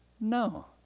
No